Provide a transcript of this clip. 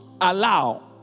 allow